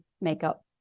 makeup